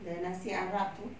the nasi arab itu